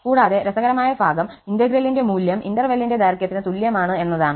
കൂടാതെ രസകരമായ ഭാഗം ഇന്റഗ്രലിന്റെ മൂല്യം ഇന്റർവെല്ലിന്റെ ദൈർഘ്യത്തിന് തുല്യമാണ് എന്നതാണ്